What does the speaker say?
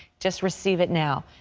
just receive it now.